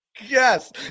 Yes